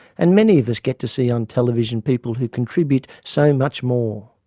and many of us get to see on television people who contribute so much more.